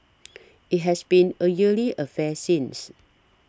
it has been a yearly affair since